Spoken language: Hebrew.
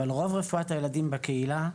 אבל רוב רפואת הילדים בקהילה,